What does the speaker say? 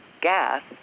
gas